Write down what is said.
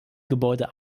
gebäude